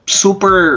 super